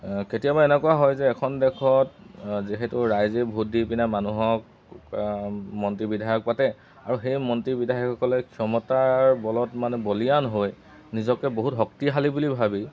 কেতিয়াবা এনেকুৱা হয় যে এখন দেশত যিহেতু ৰাইজে ভোট দি কিনে মানুহক মন্ত্ৰী বিধায়ক পাতে আৰু সেই মন্ত্ৰী বিধায়কসকলে ক্ষমতাৰ বলত মানে বলিয়ান হৈ নিজকে বহুত শক্তিশালী বুলি ভাবি